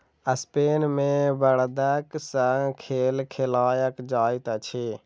Spain मे बड़दक संग खेल खेलायल जाइत अछि